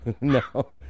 No